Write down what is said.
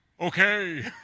Okay